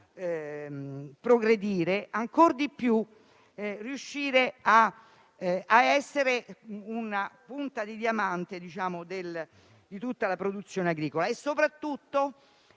progredire ancor di più e di riuscire a essere una punta di diamante di tutta la produzione agricola. La